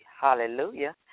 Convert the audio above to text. Hallelujah